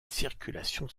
circulation